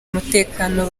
umutekano